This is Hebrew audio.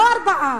לא ארבעה,